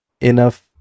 enough